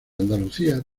andalucía